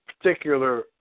particular